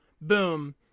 boom